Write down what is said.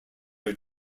are